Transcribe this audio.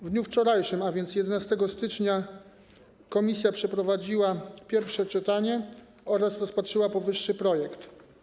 W dniu wczorajszym, a więc 11 stycznia, komisja przeprowadziła pierwsze czytanie oraz rozpatrzyła powyższy projekt.